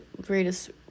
greatest